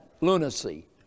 lunacy